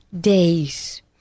days